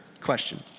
question